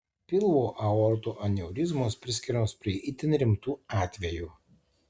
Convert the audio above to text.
pilvo aortų aneurizmos priskiriamos prie itin rimtų atvejų